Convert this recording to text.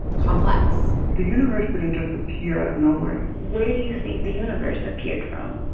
complex the universe didn't just appear out of nowhere where do you think the universe appeared from?